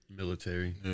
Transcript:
Military